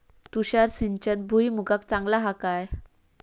तुषार सिंचन भुईमुगाक चांगला हा काय?